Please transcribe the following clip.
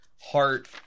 heart